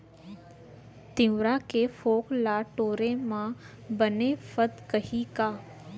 तिंवरा के फोंक ल टोरे म बने फदकही का?